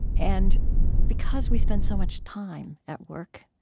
and because we spend so much time at work,